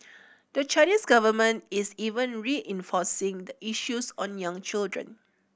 the Chinese government is even reinforcing the issues on young children